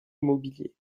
immobilier